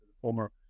former